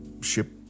ship